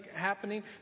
happening